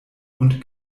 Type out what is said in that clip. und